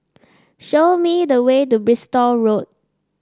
show me the way to Bristol Road